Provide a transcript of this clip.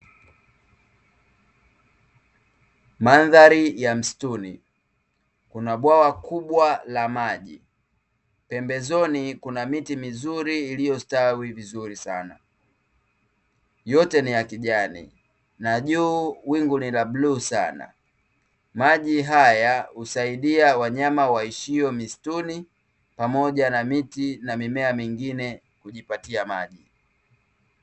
Mandhari ya msituni. Kuna bwawa kubwa la maji, pembezoni kuna miti mizuri iliyo stawi vizuri sana; yote ni ya kijani, na juu wingu ni la bluu sana. Maji haya husaidia wanyama waishio msituni pamoja na miti na mimea mingine kujipatia maji .